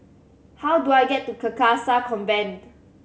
how do I get to Carcasa Convent